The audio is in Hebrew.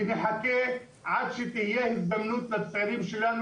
ונחכה עד שתהיה הזדמנות לצעירים שלנו